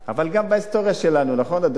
אבל גם בהיסטוריה שלנו, נכון, אדוני?